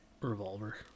revolver